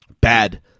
bad